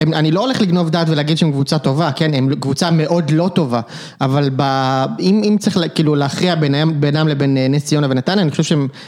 אני לא הולך לגנוב דעת ולהגיד שהם קבוצה טובה, הם קבוצה מאוד לא טובה, אבל אם צריך להכריע ביניהם לבין נס ציונה ונתנה, אני חושב שהם...